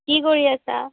কি কৰি আছা